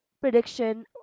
prediction